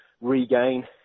regain